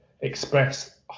express